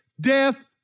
death